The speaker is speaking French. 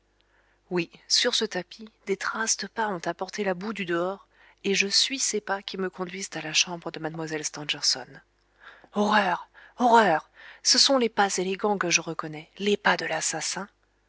oui sur ce tapis des traces de pas ont apporté la boue du dehors et je suis ces pas horreur ce sont les pas élégants que je reconnais les pas de l'assassin